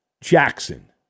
Jackson